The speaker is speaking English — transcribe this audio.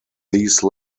these